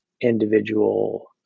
individual